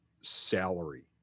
salary